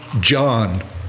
John